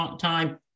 time